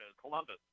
Columbus